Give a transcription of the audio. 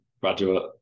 graduate